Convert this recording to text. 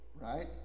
Right